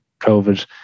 COVID